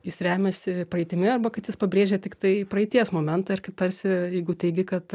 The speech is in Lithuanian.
jis remiasi praeitimi arba kad jis pabrėžia tiktai praeities momentą ir ka tarsi jeigu teigi kad